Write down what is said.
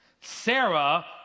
Sarah